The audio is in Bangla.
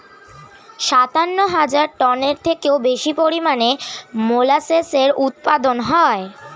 সাতান্ন হাজার টনের থেকেও বেশি পরিমাণে মোলাসেসের উৎপাদন হয়